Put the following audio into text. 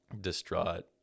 distraught